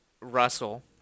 Russell